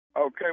Okay